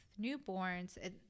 newborns